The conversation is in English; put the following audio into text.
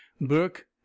Burke